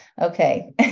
Okay